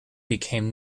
became